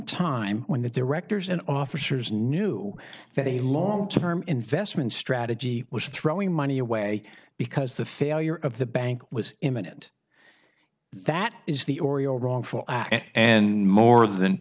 time when the directors and officers knew that a long term investment strategy was throwing money away because the failure of the bank was imminent that is the oriole wrongful act and more than